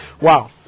wow